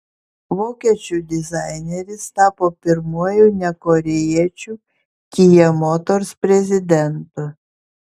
vokiečių dizaineris tapo pirmuoju ne korėjiečiu kia motors prezidentu